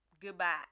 Goodbye